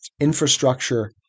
infrastructure